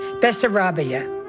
Bessarabia